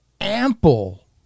ample